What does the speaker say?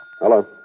Hello